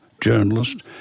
journalist